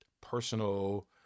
personal